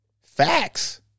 Facts